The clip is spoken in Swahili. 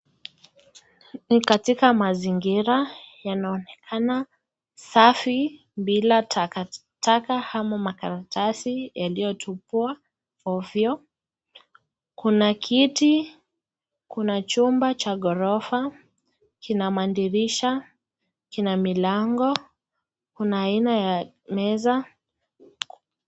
Ni katika mazingira yanaonekana safi bila takataka ama makaratasi yaliyotupwa ovyo, Kuna kiti, kuna chumba cha ghorofa, kina madirisha, kina milango, kuna aina ya meza.